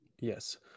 Yes